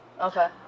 Okay